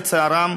לצערם,